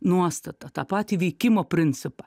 nuostatą tą patį veikimo principą